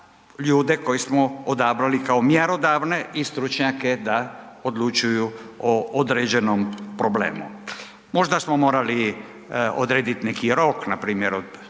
ljude koje smo odabrali kao mjerodavne i stručnjake da odlučuju o određenom problemu. Možda smo morali odredit neki rok npr.